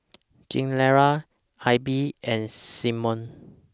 Gilera AIBI and Simmons